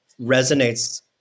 resonates